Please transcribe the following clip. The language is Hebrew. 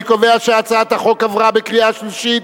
אני קובע שהצעת החוק עברה בקריאה שלישית,